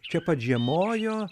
čia pat žiemojo